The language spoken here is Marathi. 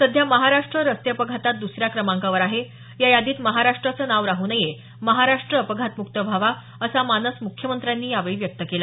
सध्या महाराष्ट्र रस्ते अपघातात दुसऱ्या क्रमांकावर आहे या यादीत महाराष्ट्राचं नाव राहू नये महाराष्ट्र अपघातमुक्त व्हावा असा मानस मुख्यमंत्र्यांनी व्यक्त केला